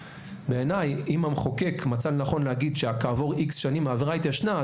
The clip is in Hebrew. בעיניי אם המחוקק מצא לנכון להגיד שכעבורX שנים העבירה התיישנה,